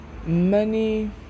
money